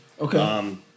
Okay